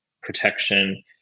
protection